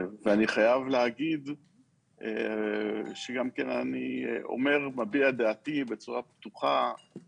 אני חייב להגיד שאני מביע את דעתי בצורה פתוחה,